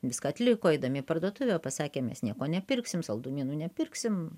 viską atliko eidami į parduotuvę pasakė mes nieko nepirksim saldumynų nepirksim